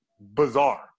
Bizarre